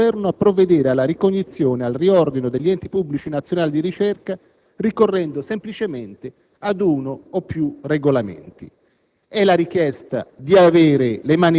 si cela una disposizione che autorizza il Governo a provvedere alla ricognizione e al riordino degli enti pubblici nazionali di ricerca ricorrendo semplicemente ad uno o più regolamenti.